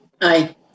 Aye